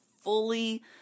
fully